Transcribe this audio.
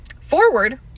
forward